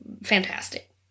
Fantastic